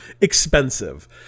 expensive